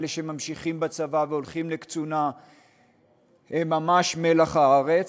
אלה שממשיכים בצבא והולכים לקצונה הם ממש מלח הארץ.